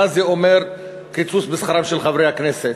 מה זה אומר קיצוץ בשכרם של חברי הכנסת.